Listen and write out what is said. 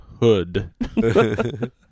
hood